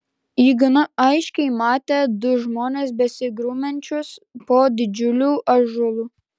ji gana aiškiai matė du žmones besigrumiančius po didžiuliu ąžuolu